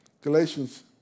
Galatians